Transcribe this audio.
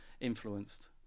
influenced